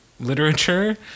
literature